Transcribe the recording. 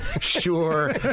sure